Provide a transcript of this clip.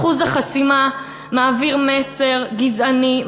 אחוז החסימה מעביר מסר גזעני,